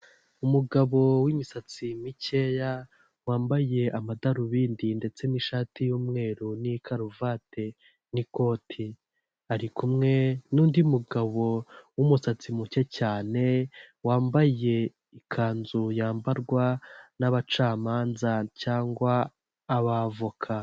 Umugabo w'imisatsi mikeya wambaye amadarubindi ndetse n'ishati y'umweru ni karuvati n'ikoti, ari kumwe nundi mugabo w'umusatsi muke cyane wambaye ikanzu yambarwa n'abacamanza cyangwa abavoka.